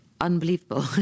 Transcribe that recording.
unbelievable